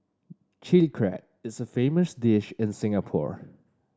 Chilli Crab is a famous dish in Singapore